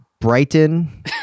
Brighton